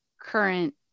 current